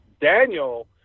Daniel